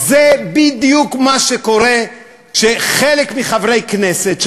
זה בדיוק מה שקורה כשחלק מחברי הכנסת,